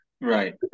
right